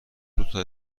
دوتا